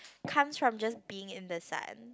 comes from just being in the sun